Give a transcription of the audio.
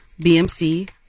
BMC